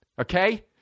Okay